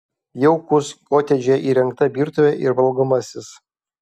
jaukus kotedže įrengta virtuvė ir valgomasis